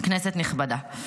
כנסת נכבדה,